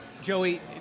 Joey